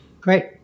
Great